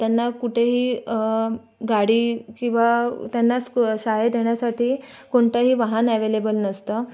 त्यांना कुठेही गाडी किंवा त्यांना शाळेत येण्यासाठी कोणतंही वाहन अवेलेबल नसतं